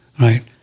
right